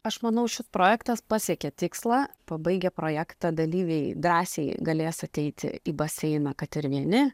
aš manau šis projektas pasiekė tikslą pabaigę projektą dalyviai drąsiai galės ateiti į baseiną kad ir vieni